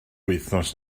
wythnos